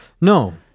No